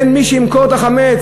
אין מי שימכור את החמץ.